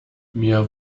mir